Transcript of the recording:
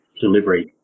delivery